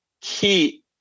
key